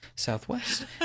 Southwest